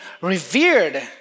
revered